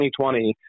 2020